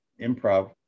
improv